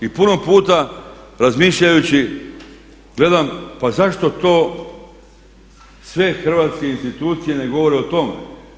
I puno puta razmišljajući gledam pa zašto to sve hrvatske institucije ne govore o tome?